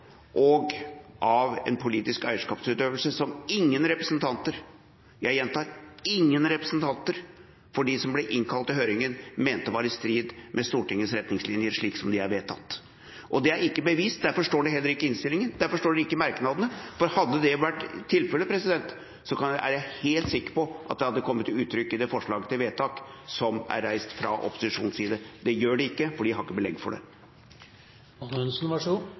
og en politisk eierskapsutøvelse som ingen representanter, jeg gjentar; ingen representanter for dem som ble innkalt til høringen, mente var i strid med Stortingets retningslinjer, slik de er vedtatt. Det er ikke bevist, og derfor står det heller ikke i innstillingen eller i merknadene, for hadde det vært tilfellet, er jeg helt sikker på at det hadde kommet til uttrykk i forslaget til vedtak som er reist fra opposisjonens side. Det gjør det ikke, fordi de ikke har belegg for